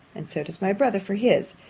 and so does my brother for his,